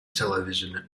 television